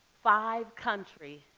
five-country,